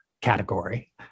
category